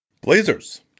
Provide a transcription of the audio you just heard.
blazers